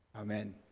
Amen